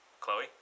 Chloe